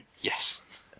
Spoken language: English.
Yes